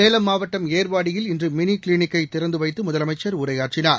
சேலம் மாவட்டம் ஏர்வாடியில் இன்று மினி கிளினிக்கை திறந்து வைத்து முதலமைச்சர் உரையாற்றினார்